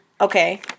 Okay